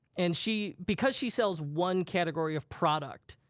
and she, because she sells one category of product,